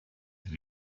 that